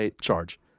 charge